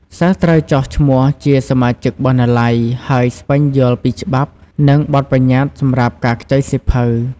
សិស្សត្រូវចុះឈ្មោះជាសមាជិកបណ្ណាល័យ ហើយស្វែងយល់ពីច្បាប់ និងបទប្បញ្ញត្តិសម្រាប់ការខ្ចីសៀវភៅ។